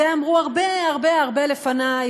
את זה אמרו הרבה הרבה הרבה לפני,